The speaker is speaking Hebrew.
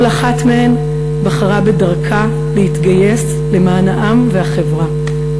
כל אחת מהן בחרה בדרכה להתגייס למען העם והחברה.